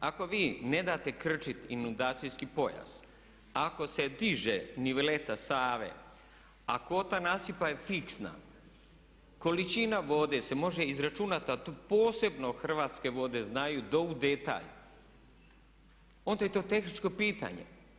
Ako vi nadate krčit inundacijski pojas, ako se diže ni veduta Save, a kvota nasipa je fiksna, količina vode se može izračunati a to posebno Hrvatske vode znaju do u detalj, onda je to tehničko pitanje.